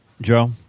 Joe